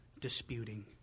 disputing